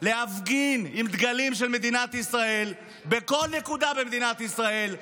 להפגין עם דגלים של מדינת ישראל בכל נקודה במדינת ישראל,